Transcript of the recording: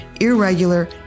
irregular